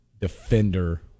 defender